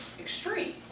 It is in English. extreme